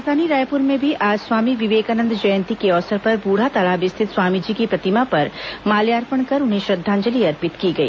राजधानी रायपुर में भी आज स्वामी विवेकानंद जयंती के अवसर पर बूढातालाब स्थित स्वामी जी की प्रतिमा पर माल्यार्पण कर उन्हें श्रद्धांजलि अर्पित की गई